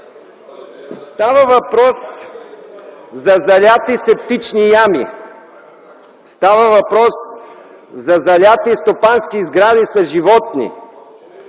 Става въпрос за залети септични ями. Става въпрос за залети стопански сгради с животни.